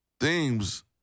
themes